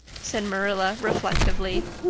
said marilla reflectively.